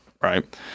right